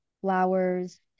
flowers